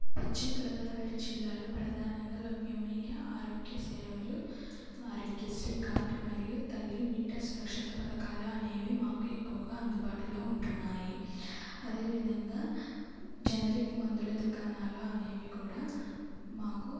పశ్చిమ గోదావరి జిల్లాలో ప్రధానంగా లభ్యమయ్యే ఆరోగ్య సేవలు ఆరోగ్యశ్రీ కార్డ్ మరియు తల్లి బిడ్డ సురక్షిత పథకాలు అనేవి మాకు ఎక్కువగా అందుబాటులో ఉంటున్నాయి అదేవిధంగా జనరిక్ మందుల దుకాణాలు అనేవి కూడా మాకు